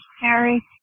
Harry